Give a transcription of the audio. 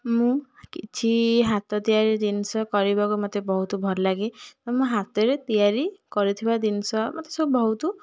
ମୁଁ କିଛି ହାତ ତିଆରି ଜିନିଷ କରିବାକୁ ମୋତେ ବହୁତ ଭଲ ଲାଗେ ମୋ ହାତରେ ତିଆରି କରିଥିବା ଜିନିଷ ମୋତେ ସବୁ ବହୁତ